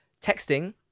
texting